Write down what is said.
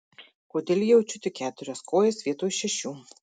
kodėl jaučiu tik keturias kojas vietoj šešių